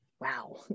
Wow